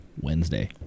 Wednesday